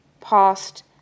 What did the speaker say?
past